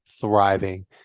thriving